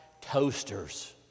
toasters